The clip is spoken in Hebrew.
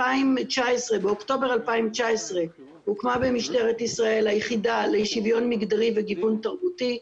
באוקטובר 2019 הוקמה במשטרת ישראל היחידה לשוויון מגדרי וגיוון תרבותי,